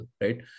right